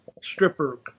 stripper